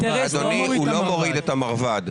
הוא לא מוריד את המרב"ד.